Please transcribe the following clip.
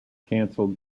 canceled